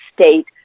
state